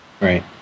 Right